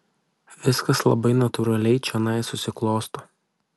viskas labai natūraliai čionai susiklosto